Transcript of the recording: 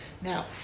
Now